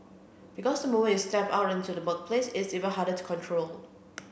because the moment you step out into the workplace it's even harder to control